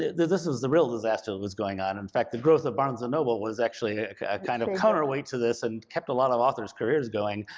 this was the real disaster that was going on. in fact, the growth of barnes and noble was actually a kind of counterweight to this, and kept a lot of authors' careers going.